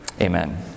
Amen